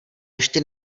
ještě